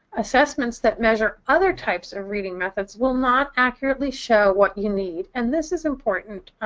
assessments that measure other types of reading methods will not accurately show what you need. and this is important,